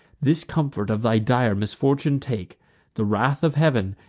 this comfort of thy dire misfortune take the wrath of heav'n,